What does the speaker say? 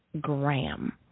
Graham